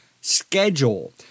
schedule